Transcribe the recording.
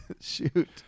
Shoot